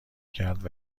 کرد